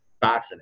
fascinating